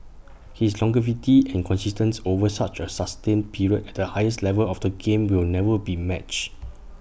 his longevity and consistency over such A sustained period at the highest level of the game will never be matched